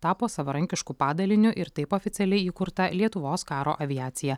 tapo savarankišku padaliniu ir taip oficialiai įkurta lietuvos karo aviacija